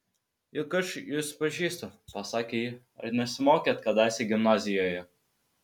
juk aš jus pažįstu pasakė ji ar nesimokėt kadaise gimnazijoje